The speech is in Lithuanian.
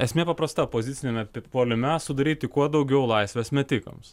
esmė paprasta poziciniame puolime sudaryti kuo daugiau laisvės metikams